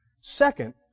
Second